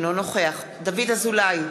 אינו נוכח דוד אזולאי,